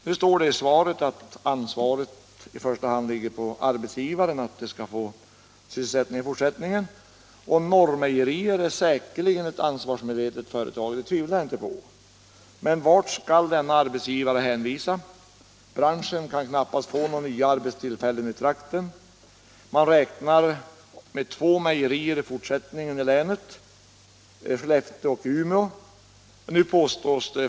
I svaret står det att ansvaret för fortsatt sysselsättning i första hand vilar på arbetsgivaren. Norrmejerier är säkerligen ett ansvarsmedvetet företag, det tvivlar jag inte på. Men vart skall arbetsgivaren hänvisa de anställda? Inom branschen kommer det knappast att bli några nya arbetstillfällen i trakten. Man räknar med två mejerier i länet i fortsättningen, i Skellefteå och Umeå.